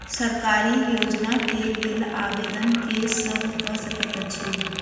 सरकारी योजना केँ लेल आवेदन केँ सब कऽ सकैत अछि?